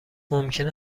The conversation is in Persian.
ممکنه